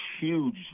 huge